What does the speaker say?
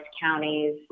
counties